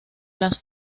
las